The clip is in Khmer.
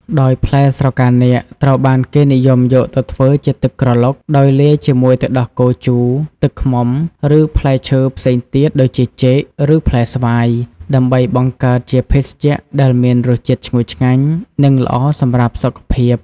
ដោយផ្លែស្រកានាគត្រូវបានគេនិយមយកទៅធ្វើជា ទឹកក្រឡុក ដោយលាយជាមួយទឹកដោះគោជូរ ទឹកឃ្មុំ ឬផ្លែឈើផ្សេងទៀតដូចជាចេក ឬផ្លែស្វាយ ដើម្បីបង្កើតជាភេសជ្ជៈដែលមានរសជាតិឈ្ងុយឆ្ងាញ់និងល្អសម្រាប់សុខភាព។